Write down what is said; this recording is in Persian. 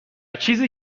چیزی